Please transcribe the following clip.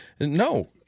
No